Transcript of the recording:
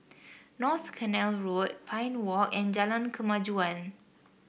North Canal Road Pine Walk and Jalan Kemajuan